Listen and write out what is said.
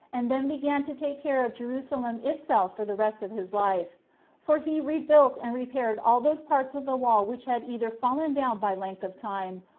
and then began to take care of jerusalem itself for the rest of his life for he rebuilt and repaired all those parts of the wall which had either fallen down by length of time,